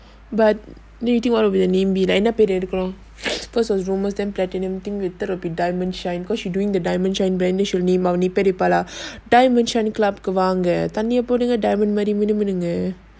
but then you think what will be the name be like you know cause of rumours then platinum think later will be diamond shine cause she doing the diamond shine banner only mah நீ:nee diamond shine வாங்குமாதிரிமினுமினுங்க:vaangu madhiri minu minunga